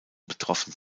betroffen